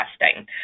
testing